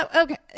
Okay